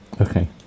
Okay